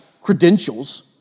credentials